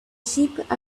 sheep